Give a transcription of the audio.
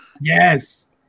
yes